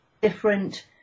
different